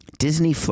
Disney